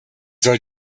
soll